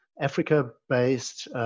Africa-based